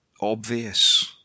obvious